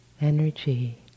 energy